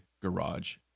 garage